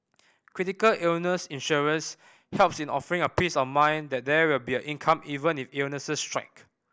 critical illness insurance helps in offering a peace of mind that there will be income even if illnesses strike